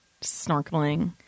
snorkeling